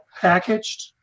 packaged